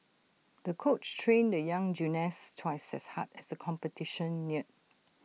the coach trained the young gymnast twice as hard as the competition neared